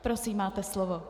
Prosím, máte slovo.